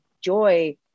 joy